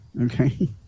Okay